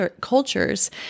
cultures